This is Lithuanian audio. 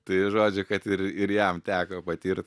tai žodžiu kad ir ir jam teko patirt